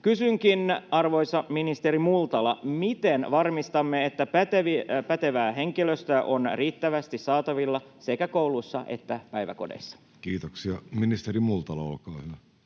Kysynkin, arvoisa ministeri Multala: miten varmistamme, että pätevää henkilöstöä on riittävästi saatavilla sekä kouluissa että päiväkodeissa? [Speech 54] Speaker: Jussi Halla-aho